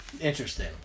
Interesting